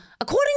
According